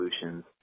solutions